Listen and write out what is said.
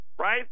right